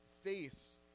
face